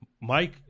Mike